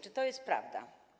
Czy to jest prawda?